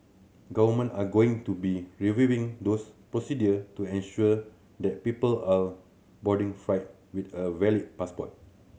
government are going to be reviewing those procedure to ensure that people are boarding flight with a valid passport